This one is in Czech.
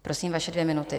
Prosím, vaše dvě minuty.